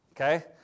okay